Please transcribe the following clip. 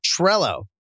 Trello